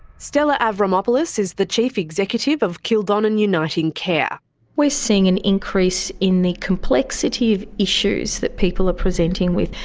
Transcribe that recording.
stella avramopoulos is the chief executive of kildonan uniting care we're seeing an increase in the complexity of issues that people are presenting with.